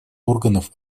органов